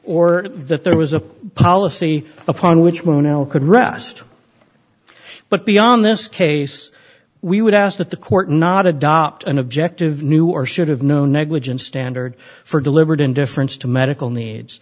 or that there was a policy upon which one l could rest but beyond this case we would ask that the court not adopt an objective new or should have known negligence standard for deliberate indifference to medical needs